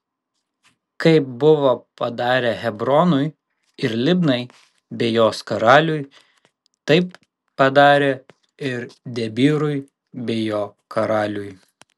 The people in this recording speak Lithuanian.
kaip buvo padarę hebronui ir libnai bei jos karaliui taip padarė ir debyrui bei jo karaliui